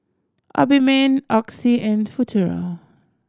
Obimin Oxy and Futuro